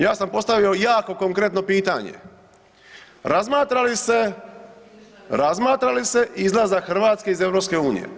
Ja sam postavio jako konkretno pitanje, razmatra li se, razmatra li se izlazak Hrvatske iz EU?